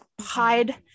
hide